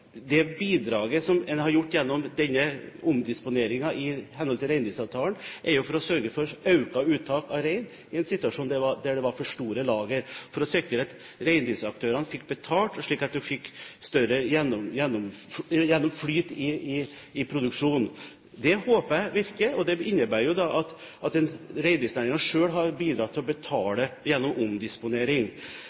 Det bidraget som en har gjort gjennom denne omdisponeringen i henhold til reindriftsavtalen, er å sørge for økt uttak av rein i en situasjon der det var for store lager, for å sikre at reindriftsaktørene fikk betalt, og slik at vi fikk større flyt i produksjonen. Det håper jeg virker, og det innebærer at reindriftsnæringen selv har bidratt til å betale gjennom omdisponering.